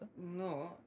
No